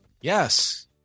yes